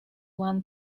one